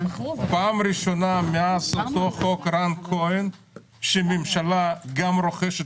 פעם ראשונה מאז אותו חוק רם כהן שהממשלה גם רוכשת,